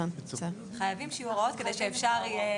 חייבים שיהיו הוראות כדי שאפשר יהיה